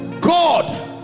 god